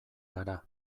gara